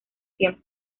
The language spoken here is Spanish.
tiempo